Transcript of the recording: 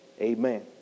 amen